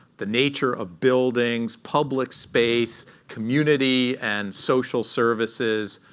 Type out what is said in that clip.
the nature of buildings, public space, community and social services,